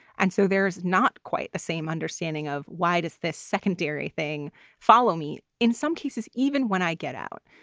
and so there is not quite the same understanding of why does this secondary thing follow me in some cases, even when i get out.